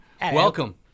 welcome